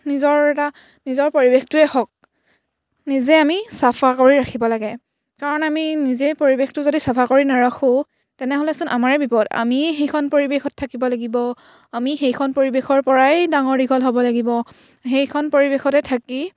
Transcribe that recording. নিজৰ এটা নিজৰ পৰিৱেশটোৱেই হওক নিজে আমি চাফা কৰি ৰাখিব লাগে কাৰণ আমি নিজে পৰিৱেশটো যদি চাফা কৰি নাৰাখোঁ তেনেহ'লেচোন আমাৰেই বিপদ আমি সেইখন পৰিৱেশত থাকিব লাগিব আমি সেইখন পৰিৱেশৰ পৰাই ডাঙৰ দীঘল হ'ব লাগিব সেইখন পৰিৱেশতে থাকি